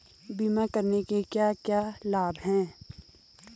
बीमा करने के क्या क्या लाभ हैं?